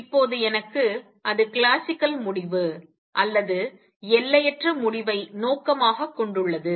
இப்போது எனக்கு அது கிளாசிக்கல் முடிவு அல்லது எல்லையற்ற முடிவை நோக்கமாகக் கொண்டுள்ளது